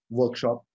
Workshop